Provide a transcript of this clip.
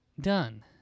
done